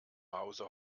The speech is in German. hause